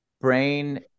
brain